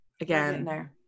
Again